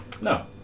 no